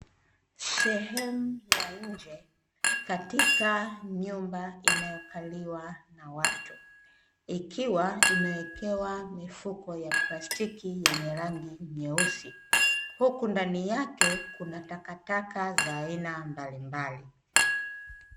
Sehemu ya nje katika nyumba inayokaliwa na watu, ikiwa imewekewa mifuko ya plastiki yenye rangi nyeusi, huku ndani yake kuna takataka za aina mbalimbali.